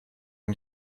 und